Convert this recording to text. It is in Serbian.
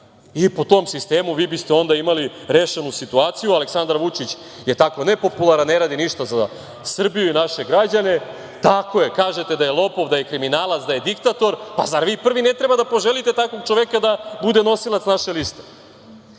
i po tom sistemu onda biste imali rešenu situaciju. Aleksandar Vučić je tako nepopularan, ne radi ništa za Srbiju i naše građane. Kažete da je lopov, kriminalac, diktator, pa zar vi prvi ne treba da poželite takvog čoveka da bude nosilac naše liste?